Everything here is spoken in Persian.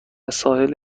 ساحل